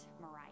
Mariah